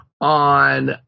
on